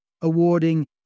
awarding